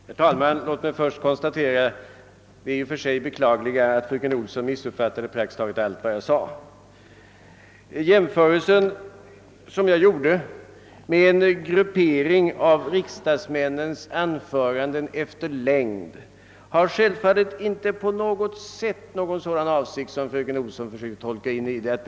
Herr talman! Låt mig först konstatera det i och för sig beklagliga att fröken Olsson missuppfattat praktiskt taget allt vad jag sade. Den jämförelse jag gjorde med en gruppering av riksdagsmännens anföranden efter deras längd avsåg självfallet inte något sådant som fröken Olsson försökte tolka in däri.